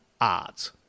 art